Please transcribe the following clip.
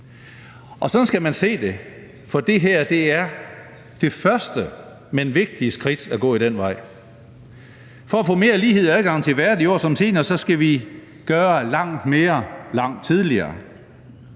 Og sådan skal man se det, for det her er det første, men vigtige skridt at gå ad den vej. For at få mere lighed i adgangen til værdige år som senior skal vi gøre langt mere langt tidligere.